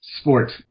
sport